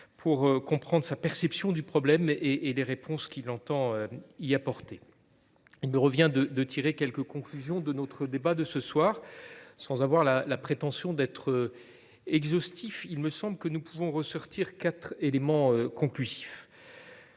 pour comprendre sa perception du problème et les réponses qu’il entend y apporter. Il me revient de tirer quelques conclusions de notre débat de ce soir. Sans avoir la prétention d’être exhaustif, il me semble que nous pouvons en faire ressortir quatre éléments conclusifs.